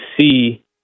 see